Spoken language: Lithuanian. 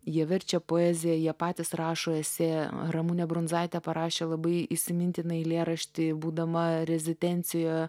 jie verčia poeziją jie patys rašo esė ramunė brundzaitė parašė labai įsimintiną eilėraštį būdama rezidencijoj